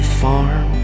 farm